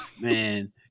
man